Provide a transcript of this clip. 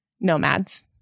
nomads